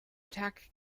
attack